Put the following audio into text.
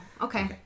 okay